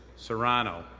serrano,